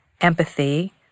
empathy